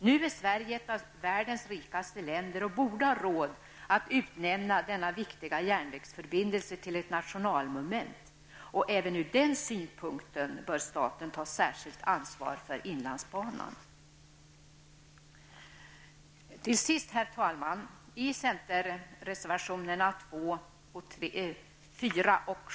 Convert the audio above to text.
Nu är Sverige ett av världens rikaste länder och borde ha råd att utnämna denna viktiga järnvägsförbindelse till ett nationalmonument, och även ur denna synpunkt bör staten ta särskilt ansvar för inlandsbanan.